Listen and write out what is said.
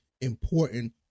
important